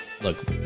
look